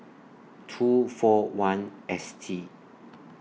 two four one S T